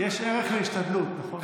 יש ערך להשתדלות, נכון?